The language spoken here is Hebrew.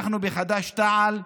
אנחנו בחד"ש-תע"ל,